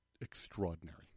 extraordinary